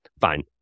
Fine